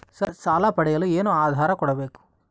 Sir ಸಾಲ ಪಡೆಯಲು ಏನು ಆಧಾರ ಕೋಡಬೇಕು?